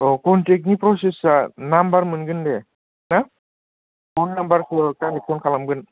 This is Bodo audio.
अह कन्टेकनि प्रसेसआ नाम्बार मोनगोन दे हा आं नाम्बार हर दाइरेक्त फ'न खालामगोन